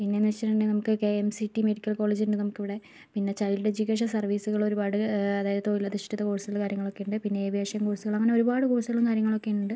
പിന്നെന്ന് വച്ചിട്ടുണ്ടെങ്കിൽ നമുക്ക് കെഎംസിടി മെഡിക്കൽ കോളേജ് ഉണ്ട് നമുക്ക് ഇവിടെ പിന്നെ ചൈൽഡ് എഡ്യൂക്കേഷൻ സർവീസുകൾ ഒരുപാട് അതായത് തൊഴിലധിഷ്ഠിത കോഴ്സുകൾ കാര്യങ്ങളൊക്കെയുണ്ട് പിന്നെ ഏവിയേഷൻ കോഴ്സുകൾ അങ്ങനെ ഒരുപാട് കോഴ്സുകളും കാര്യങ്ങളും ഒക്കെ ഉണ്ട്